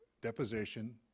deposition